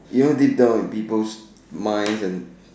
you know deep down in people's minds and